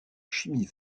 chimie